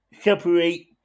separate